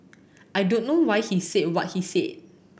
I don't know why he said what he said